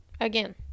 Again